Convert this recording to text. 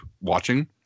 watching